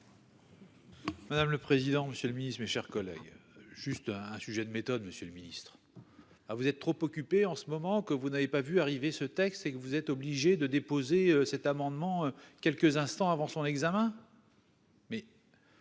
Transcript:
Madame le président. Monsieur le Ministre, mes chers collègues. Juste un sujet de méthode. Monsieur le Ministre. Ah vous êtes trop occupé en ce moment que vous n'avez pas vu arriver ce texte, c'est que vous êtes obligé de déposer cet amendement quelques instants avant son examen.